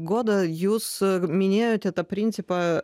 goda jūs minėjote tą principą